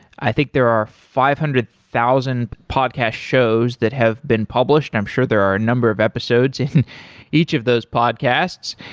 i think there are five hundred thousand podcast shows that have been published and i'm sure there are number of episodes in each of those podcasts.